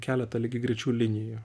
keletą lygiagrečių linijų